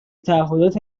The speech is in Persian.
تعهدات